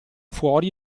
fuori